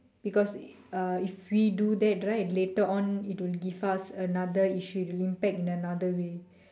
because uh if we do that right later on it will give us another issue it will impact in another way